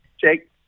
Jake